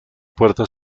puerta